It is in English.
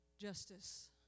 justice